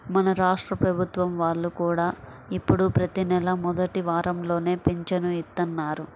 మన రాష్ట్ర ప్రభుత్వం వాళ్ళు కూడా ఇప్పుడు ప్రతి నెలా మొదటి వారంలోనే పింఛను ఇత్తన్నారు